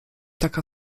taka